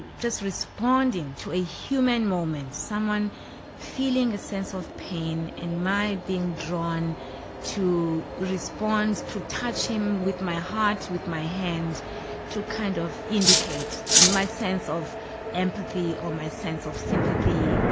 just responding to a human moment someone feeling a sense of pain and my being drawn to respond to touch him with my heart, with my hand to kind of indicate my sense of empathy or my sense of sympathy.